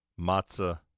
matzah